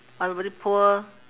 everybody poor